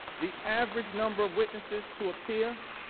the average number of witnesses to appear,